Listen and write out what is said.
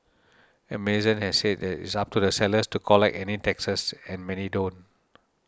Amazon has said it's up to the sellers to collect any taxes and many don't